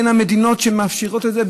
בין המדינות שמאפשרות את זה,